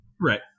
right